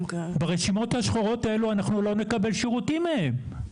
ברשימות השחורות האלו אנחנו לא נקבל שירותים מהם,